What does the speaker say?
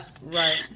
right